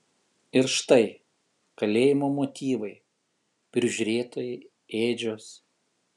ir štai kalėjimo motyvai prižiūrėtojai ėdžios